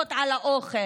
בלפור.